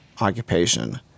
occupation